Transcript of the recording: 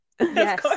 yes